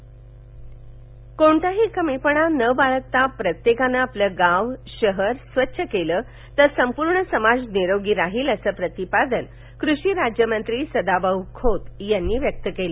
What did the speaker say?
सांगली कोणताही कमीपणा न बाळगता प्रत्येकानं आपलं गाव शहर स्वच्छ केलं तर संपूर्ण समाज निरोगी राहील असं प्रतिपादन कृषि राज्यमंत्री सदाभाऊ खोत व्यक्त केलं